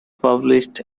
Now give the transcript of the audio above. published